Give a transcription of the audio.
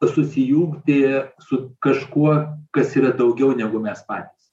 susijungti su kažkuo kas yra daugiau negu mes patys